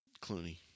Clooney